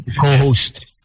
co-host